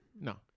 No